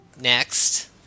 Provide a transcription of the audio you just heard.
Next